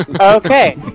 Okay